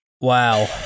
Wow